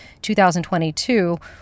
2022